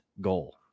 goal